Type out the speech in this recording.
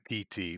pt